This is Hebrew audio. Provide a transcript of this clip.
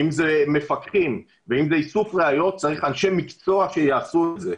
אם אלה מפקחים ואם זה איסוף ראיות צריך אנשי מקצוע שיעשו את זה.